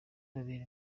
babiri